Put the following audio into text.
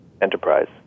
enterprise